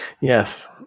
Yes